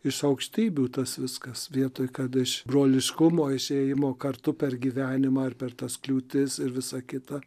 iš aukštybių tas viskas vietoj kad iš broliškumo išėjimo kartu per gyvenimą ir per tas kliūtis ir visa kita